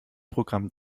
programm